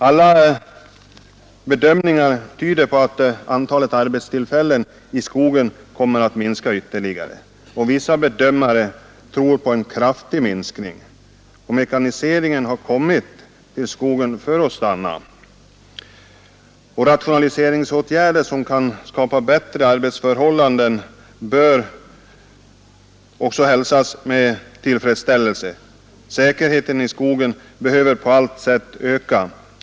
Alla bedömningar tyder på att antalet arbetstillfällen i skogen kommer att minska ytterligare, och vissa bedömare tror på en kraftig minskning. Mekaniseringen har kommit till skogen för att stanna, och rationaliseringsåtgärder som kan skapa bättre arbetsförhållanden bör hälsas med tillfredsställelse. Säkerheten i skogen behöver på allt sätt öka.